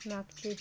मागचे